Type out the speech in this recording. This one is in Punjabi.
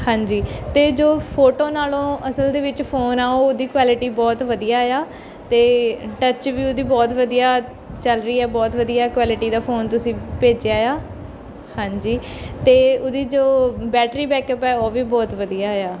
ਹਾਂਜੀ ਅਤੇ ਜੋ ਫੋਟੋ ਨਾਲੋਂ ਅਸਲ ਦੇ ਵਿੱਚ ਫੋਨ ਆ ਉਹ ਉਹਦੀ ਕੁਆਲਿਟੀ ਬਹੁਤ ਵਧੀਆ ਆ ਅਤੇ ਟੱਚ ਵੀ ਉਹਦੀ ਬਹੁਤ ਵਧੀਆ ਚੱਲ ਰਹੀ ਹੈ ਬਹੁਤ ਵਧੀਆ ਕੁਆਲਿਟੀ ਦਾ ਫੋਨ ਤੁਸੀਂ ਭੇਜਿਆ ਆ ਹਾਂਜੀ ਅਤੇ ਉਹਦੀ ਜੋ ਬੈਟਰੀ ਬੈਕਅਪ ਹੈ ਉਹ ਵੀ ਬਹੁਤ ਵਧੀਆ ਆ